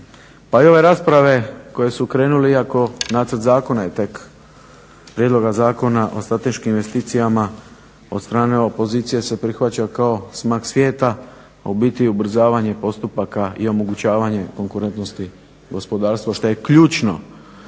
Pa i ove rasprave koje su krenule iako nacrt zakona je tek prijedloga Zakona o strateškim investicijama od strane opozicije se prihvaća kao smak svijeta, a u biti ubrzavanje postupaka i omogućavanje konkurentnosti gospodarstva šta je ključno